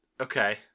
Okay